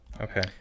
Okay